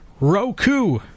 Roku